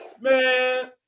man